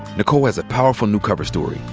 nikole has a powerful new cover story.